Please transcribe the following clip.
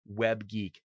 WebGeek